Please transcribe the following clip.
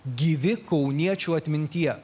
gyvi kauniečių atmintyje